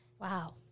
Wow